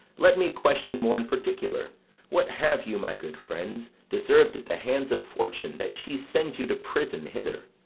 let me question more in particular what have you, my good friends, deserved at the hands of fortune, that she sends you to prison hither?